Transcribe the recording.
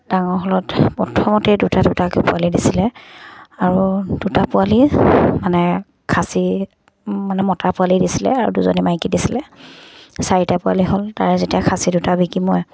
ডাঙৰ হ'লত প্ৰথমতে দুটা দুটাকৈ পোৱালি দিছিলে আৰু দুটা পোৱালি মানে খাচী মানে মতা পোৱালি দিছিলে আৰু দুজনী মাইকী দিছিলে চাৰিটা পোৱালি হ'ল তাৰে যেতিয়া খাচী দুটা বিকি মই